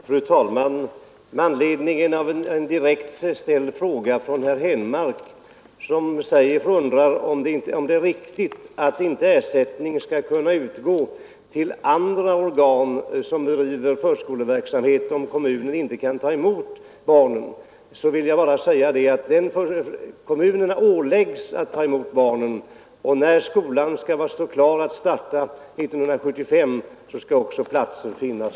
Fru talman! Med anledning av en direkt fråga från herr Henmark, som undrar om det är riktigt att ersättning inte skall kunna utgå till andra organ som bedriver förskoleverksamhet om kommunen inte kan ta emot barnen, vill jag säga att kommunerna åläggs att ta emot barnen. När skolan är klar att starta 1975 skall också platser finnas.